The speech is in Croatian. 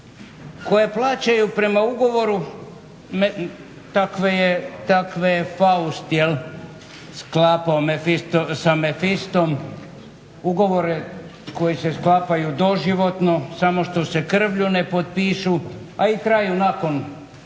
koje plaćaju prema ugovoru, takve je Faust sklapao sa Mefistom, ugovore koji se sklapaju doživotno, samo što se krvlju ne potpišu, a i traju nakon